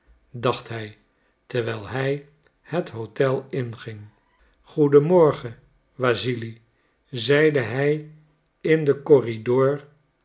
dacht hij terwijl hij het hotel inging goeden morgen wassili zeide hij in den corridor